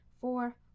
four